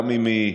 גם אם היא בחו"ל,